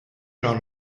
non